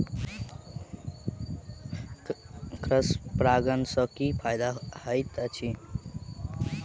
Cross परागण सँ की फायदा हएत अछि?